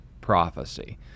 prophecy